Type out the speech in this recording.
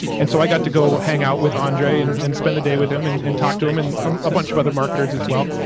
and so i got to go hang out with andre and and spend the day with him and and talk to him and um a bunch of other marketers as well.